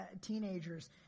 teenagers